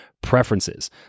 preferences